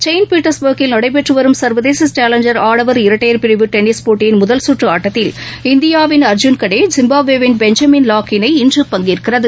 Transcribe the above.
Saint பீட்டர்ஸ்பர்க்கில் நடைபெற்றுவரும் சர்வதேச்சேலஞ்சர் ஆடவர் இரட்டையர் பிரிவு டென்னிஸ் போட்டியின் முதல் சுற்றுஆட்டத்தில் இந்தியாவின் அர்ஜூன் கதே ஜிம்பாப்வேயின் பெஞ்சமின் லாக் இணை இன்று பங்கேற்கிறது